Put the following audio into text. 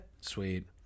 sweet